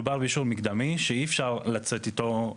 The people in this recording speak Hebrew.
מדובר באישור מקדמי שאי אפשר לצאת איתו,